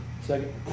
Second